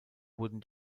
wurden